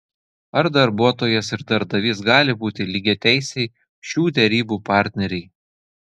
ar darbuotojas ir darbdavys gali būti lygiateisiai šių derybų partneriai